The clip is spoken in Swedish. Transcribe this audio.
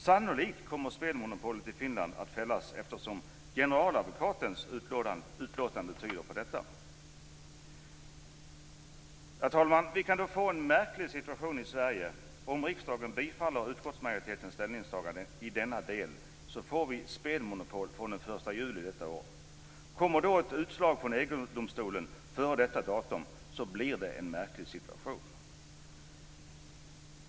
Sannolikt kommer spelmonopolet i Finland att fällas, eftersom generaladvokatens utlåtande tyder på detta. Fru talman! Om riksdagen bifaller utskottsmajoritetens ställningstagande i denna del och vi får spelmonopol från den 1 juli i år, kan det bli en märklig situation i Sverige om utslaget från EG-domstolen kommer före detta datum.